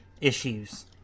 issues